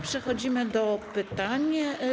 Przechodzimy do pytań.